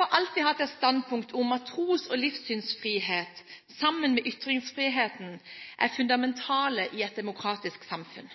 har alltid hatt det standpunkt at tros- og livssynsfrihet, sammen med ytringsfriheten, er fundamentalt i et demokratisk samfunn.